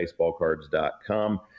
baseballcards.com